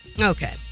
Okay